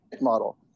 model